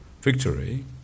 victory